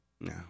No